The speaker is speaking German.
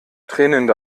tränende